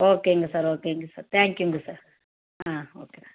ஓகேங்க சார் ஓகேங்க சார் தேங்க்யூங்க சார் ஆ ஓகே சார்